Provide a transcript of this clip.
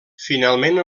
finalment